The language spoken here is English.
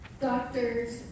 doctors